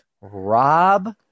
Rob